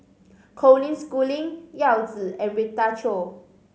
Colin Schooling Yao Zi and Rita Chao